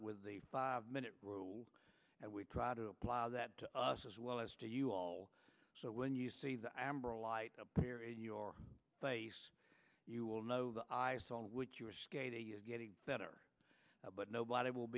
with the five minute rule and we try to apply that to us as well as to you all so when you see the amber light appear in your face you will know the ice on which you are getting better but nobody will